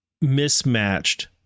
mismatched